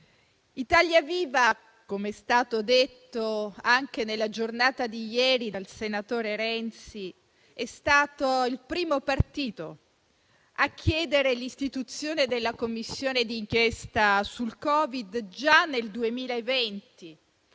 Italia Viva, com'è stato detto anche nella giornata di ieri dal senatore Renzi, è stato il primo partito a chiedere l'istituzione della Commissione d'inchiesta sul Covid già nel 2020,